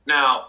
Now